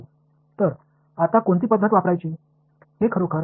எனவே இப்போது எந்த முறையைப் எப்போது பயன்படுத்த வேண்டும்